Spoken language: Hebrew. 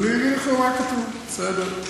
אגיד לך מה כתוב, בסדר.